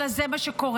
אלא זה מה שקורה.